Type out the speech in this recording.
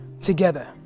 together